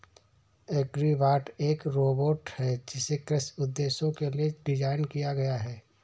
agribot एक robot है जिसे कृषि उद्देश्यों के लिए डिज़ाइन किया गया है